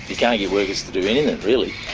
you can't get workers to do anything really.